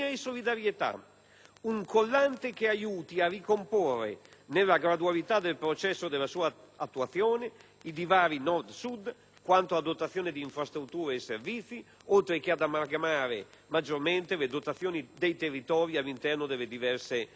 un collante che aiuti a ricomporre, nella gradualità del processo della sua attuazione, i divari Nord-Sud quanto a dotazione di infrastrutture e servizi, oltre che ad amalgamare maggiormente le dotazioni dei territori all'interno delle diverse Regioni.